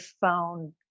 found